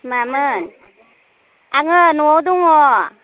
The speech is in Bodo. मामोन आङो न'आव दङ